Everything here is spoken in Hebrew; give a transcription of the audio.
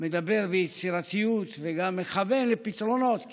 מדבר ביצירתיות וגם מכוון לפתרונות,